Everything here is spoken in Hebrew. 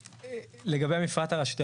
לגבי המפרט הרשותי.